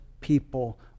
people